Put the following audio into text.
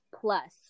plus